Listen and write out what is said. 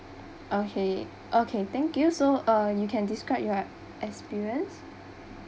okay okay thank you so uh you can describe your experience